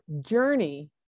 journey